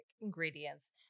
ingredients